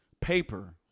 paper